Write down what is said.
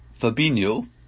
Fabinho